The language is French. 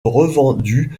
revendu